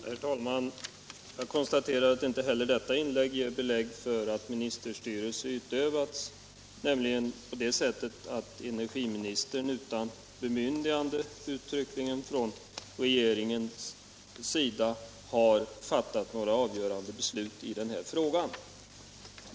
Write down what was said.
Herr talman! Jag konstaterar att inte heller detta inlägg ger belägg för att ministerstyre har utövats, nämligen på det sättet att energiministern utan uttryckligt bemyndigande från regeringen har fattat några avgörande beslut i denna fråga.